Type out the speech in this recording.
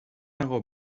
nago